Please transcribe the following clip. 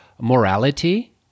morality